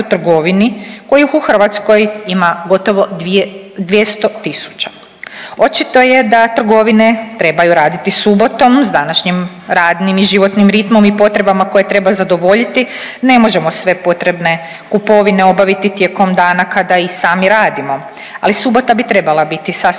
kojih u Hrvatskoj ima gotovo 200 tisuća. Očito je da trgovine trebaju raditi subotom, s današnjim radnim i životnim ritmom i potrebama koje treba zadovoljiti ne možemo sve potrebne kupovine obaviti tijekom dana kada i sami radimo, ali subota bi trebala biti sasvim